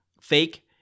fake